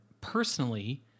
Personally